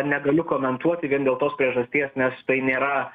negaliu komentuoti vien dėl tos priežasties nes tai nėra